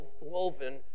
woven